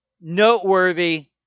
noteworthy